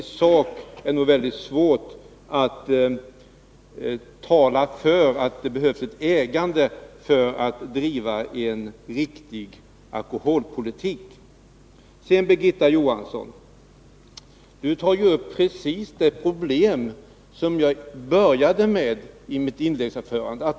I sak är det nog väldigt svårt att tala för att det behövs ett statligt ägande för att driva en riktig alkoholpolitik. Birgitta Johansson tar ju upp precis det problem som jag började med i mitt inledningsanförande.